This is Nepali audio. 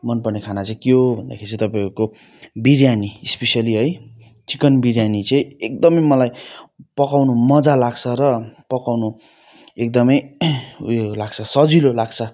मन पर्ने खाना चाहिँ के हो भन्दाखेरि चाहिँ तपाईँहरूको बिर्यानी इस्पेसल्ली है चिकन बिर्यानी चाहिँ एकदमै मलाई पकाउनु मजा लाग्छ र पकाउनु एकदमै उयो लाग्छ सजिलो लाग्छ